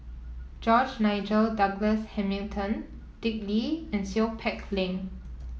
George Nigel Douglas Hamilton Dick Lee and Seow Peck Leng